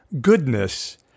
goodness